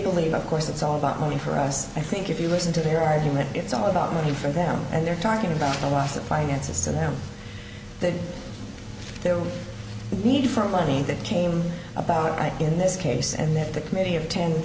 believe of course it's all about money for us i think if you listen to their argument it's all about money for them and they're talking about the loss of finances to them that they will need for money that came about by in this case and that the committee of ten